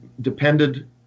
depended